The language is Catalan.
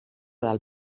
del